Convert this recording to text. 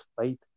faith